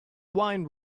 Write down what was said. wine